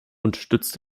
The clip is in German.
unterstützt